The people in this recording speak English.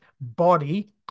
body